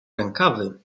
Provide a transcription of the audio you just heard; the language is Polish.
rękawy